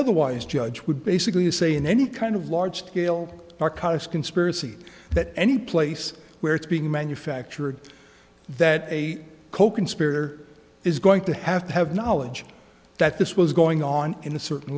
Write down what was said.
otherwise judge would basically say in any kind of large scale narcotics conspiracy that any place where it's being manufactured that a coconspirator is going to have to have knowledge that this was going on in a certain